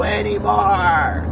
anymore